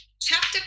chapter